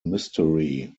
mystery